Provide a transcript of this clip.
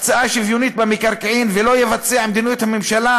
להקצאה שוויונית במקרקעין ולא יבצע את מדיניות הממשלה,